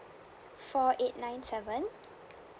four eight nine seven